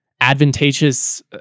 advantageous